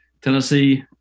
Tennessee